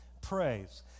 praise